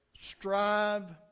Strive